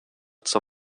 zur